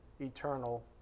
eternal